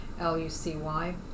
l-u-c-y